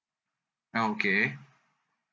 ah okay